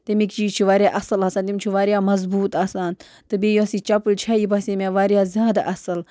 تَمِکۍ چیٖز چھِ وارِیاہ اَصٕل آسان تِم چھِ وارِیاہ مَضبوٗط آسان تہٕ بیٚیہِ یۄس یہِ چَپٕلۍ چھےٚ یہِ باسے مےٚ وارِیاہ زیادٕ اَصٕل